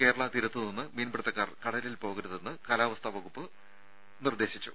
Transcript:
കേരള തീരത്ത് നിന്ന് മീൻപിടുത്തക്കാർ കടലിൽ പോകരുതെന്ന് കാലാവസ്ഥാ വകുപ്പ് ആവശ്യപ്പെട്ടു